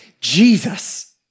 Jesus